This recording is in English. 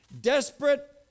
desperate